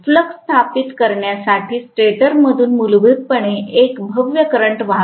flux स्थापित करण्यासाठी stator मधून मूलभूतपणे एक भव्य करंट वाहतो